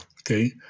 Okay